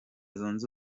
zunze